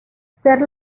ser